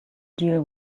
deal